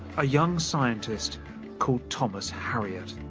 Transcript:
a young scientist called thomas harriot.